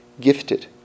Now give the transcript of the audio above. gifted